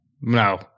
No